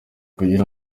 kugira